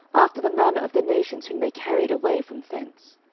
after the manner of the nations whom they carried away from thence.